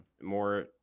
more